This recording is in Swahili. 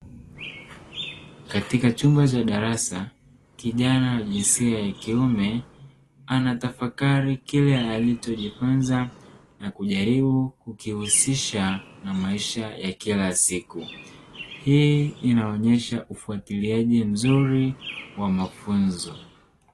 Katika chumba cha darasa kijana wa jinsia ya kiume anatafakari kile alichojifunza na kujaribu kukihusisha na maisha ya kila siku hii inaonyesha ufuatiliaji mzuri wa mafunzo.